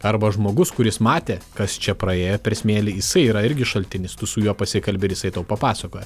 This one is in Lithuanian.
arba žmogus kuris matė kas čia praėjo per smėlį jisai yra irgi šaltinis tu su juo pasikalbi ir jisai tau papasakoja